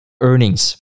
earnings